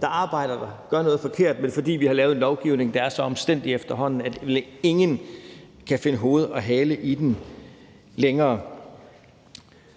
der arbejder der, gør noget forkert, men fordi vi har lavet en lovgivning, der efterhånden er så omstændelig, at ingen længere kan finde hoved og hale i den.